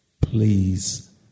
Please